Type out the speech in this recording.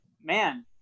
Man